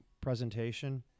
presentation